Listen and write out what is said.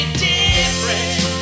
different